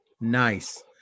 Nice